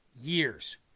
years